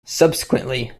subsequently